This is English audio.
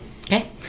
Okay